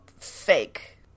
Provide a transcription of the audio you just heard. fake